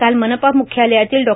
काल मनपा मुख्यालयातील डॉ